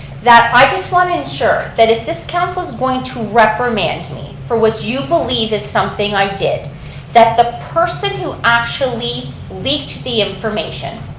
that i just want to ensure that if this council's going to reprimand me for what you believe is something i did that the person who actually leaked the information